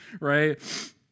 right